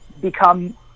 become